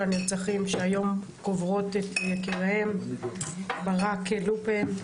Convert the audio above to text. הנרצחים שהיום קוברות את יקיריהן: ברק לופן,